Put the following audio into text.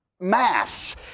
Mass